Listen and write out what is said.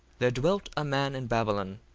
there dwelt a man in babylon,